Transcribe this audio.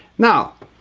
now,